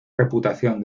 reputación